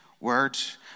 words